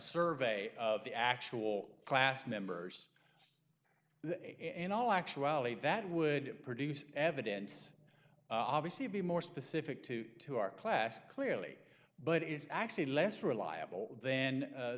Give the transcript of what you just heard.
survey of the actual class members in all actuality that would produce evidence obviously to be more specific to to our class clearly but is actually less reliable then